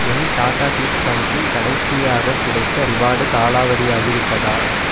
என் Tata click கணக்கில் கடைசியாகக் கிடைத்த ரிவார்டு காலாவதியாகிவிட்டதா